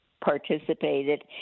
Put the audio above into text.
participated